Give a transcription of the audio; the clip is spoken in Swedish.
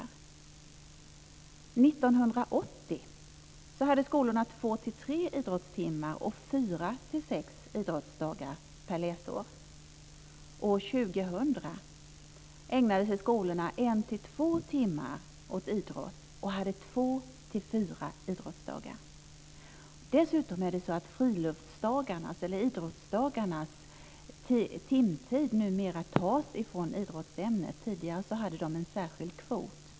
År 1980 hade skolorna 2-3 idrottstimmar och 4-6 idrottsdagar per läsår. År 2000 ägnade sig skolorna 1-2 timmar åt idrott och hade 2-4 idrottsdagar. Dessutom är det så att idrottsdagarnas timtid numera tas från idrottsämnet. Tidigare hade de en särskild kvot.